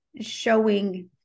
showing